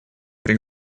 при